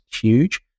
huge